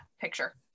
picture